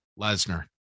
Lesnar